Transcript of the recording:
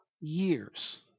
years